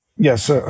Yes